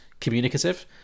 communicative